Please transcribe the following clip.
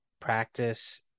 practice